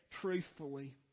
truthfully